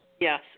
Yes